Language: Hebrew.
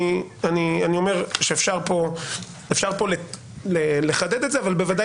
אני אומר שאפשר כאן לחדד את זה אבל בוודאי